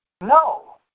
no